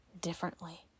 differently